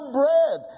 bread